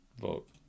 vote